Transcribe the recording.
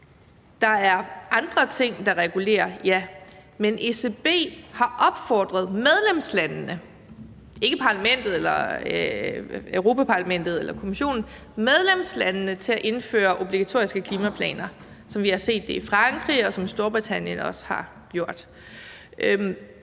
Der er andre ting, der regulerer, ja, men ECB har opfordret medlemslandene – ikke Europa-Parlamentet eller Kommissionen, men medlemslandene – til at indføre obligatoriske klimaplaner, som vi har set det i Frankrig, og som Storbritannien også har gjort.